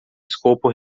escopo